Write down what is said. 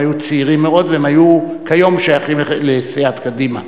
הם היו צעירים מאוד והם כיום שייכים לסיעת קדימה.